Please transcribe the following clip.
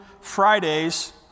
Fridays